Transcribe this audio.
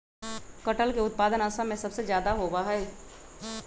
कटहल के उत्पादन असम में सबसे ज्यादा होबा हई